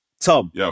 Tom